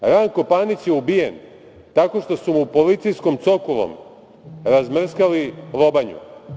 Ranko Panić je ubijen tako što su mu policijskom cokulom razmrskali lobanju.